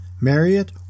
Marriott